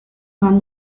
won